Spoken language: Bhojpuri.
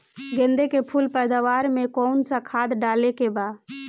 गेदे के फूल पैदवार मे काउन् सा खाद डाले के बा?